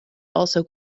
also